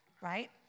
Right